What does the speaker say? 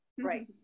Right